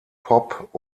pop